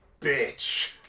bitch